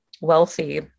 wealthy